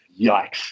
yikes